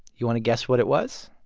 you want to guess what it was?